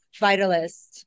Vitalist